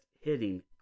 hitting